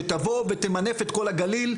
שתבוא ותמנף את כל הגליל,